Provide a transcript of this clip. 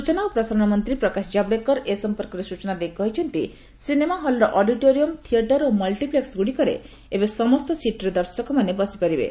ସୂଚନା ଓ ପ୍ରସାରଣ ମନ୍ତ୍ରୀ ପ୍ରକାଶ କାଭେଡକର ଏ ସମ୍ପର୍କରେ ସୂଚନା ଦେଇ କହିଛନ୍ତି ସିନେମା ହଲ୍ର ଅଡିଟୋରିୟମ ଥିଏଟର ଓ ମଲ୍ଟିପ୍ଲେକ୍ସ ଗୁଡ଼ିକରେ ଏବେ ସମସ୍ତ ସିଟ୍ରେ ଦର୍ଶକମାନେ ବସିପାରିବେ